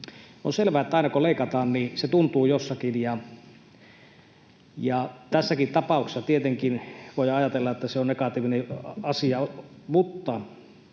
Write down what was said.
On selvää, että aina kun leikataan, niin se tuntuu jossakin, ja tässäkin tapauksessa tietenkin voi ajatella, että se on negatiivinen asia. Mutta